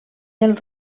del